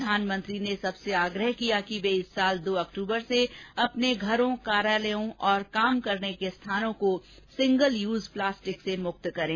प्रधानमंत्री ने सबसे आग्रह किया कि वे इस साल दो अक्तूबर से अपने घरों कार्यालयों और काम करने के स्थानों को सिंगल यूज प्लास्टिक से मुक्त करें